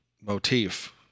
motif